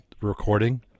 recording